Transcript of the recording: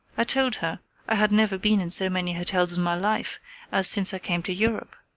i told her i had never been in so many hotels in my life as since i came to europe.